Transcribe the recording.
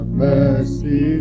mercy